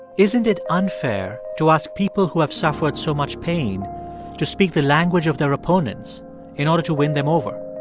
isn't it unfair to ask people who have suffered so much pain to speak the language of their opponents in order to win them over?